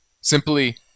Simply